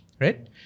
Right